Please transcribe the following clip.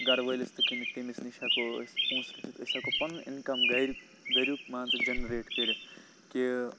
گَرٕ وٲلِس تہِ کٕنِتھ تٔمِس نِش ہٮ۪کو أسۍ پۅنٛسہِ رٔٹِتھ أسۍ ہٮ۪کو پَنُن اِنکَم گَرِ گَریُک مان ژٕ جَنریٹ کٔرِتھ کہِ